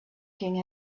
king